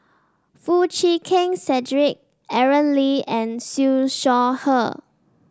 Foo Chee Keng Cedric Aaron Lee and Siew Shaw Her